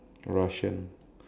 Russian